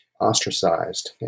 ostracized